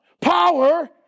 power